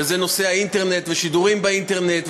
וזה נושא האינטרנט והשידורים באינטרנט,